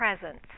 presence